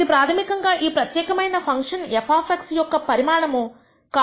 ఇది ప్రాథమికంగా ఈ ప్రత్యేకమైన ఫంక్షన్ f యొక్క పరిమాణము కామా y